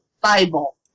Bible